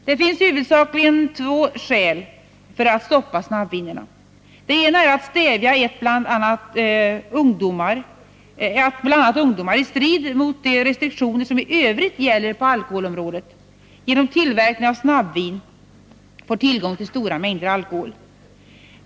Det finns huvudsakligen två skäl för att stoppa snabbvinerna: Det ena är att stävja att bl.a. ungdomar, i strid mot de restriktioner som i övrigt gäller på alkoholområdet, genom tillverkning av snabbvin får tillgång till stora mängder alkohol.